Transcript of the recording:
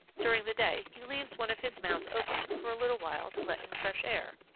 during the day he leaves one of his mounds open for a little while to let in fresh air.